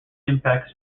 impact